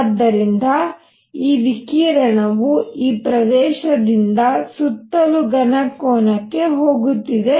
ಆದ್ದರಿಂದ ಈ ವಿಕಿರಣವು ಈ ಪ್ರದೇಶದಿಂದ ಸುತ್ತಲೂ ಘನ ಕೋನಕ್ಕೆ ಹೋಗುತ್ತಿದೆ